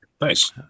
Nice